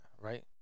right